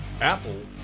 Apple